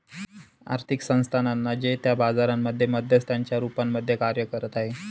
आर्थिक संस्थानांना जे त्या बाजारांमध्ये मध्यस्थांच्या रूपामध्ये कार्य करत आहे